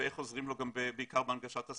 ואיך עוזרים לו בעיקר בהנגשת השפה.